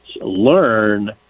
learn